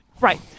right